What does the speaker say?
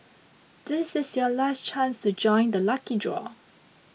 this is your last chance to join the lucky draw